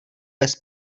bez